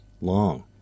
long